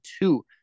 two